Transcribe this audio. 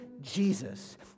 Jesus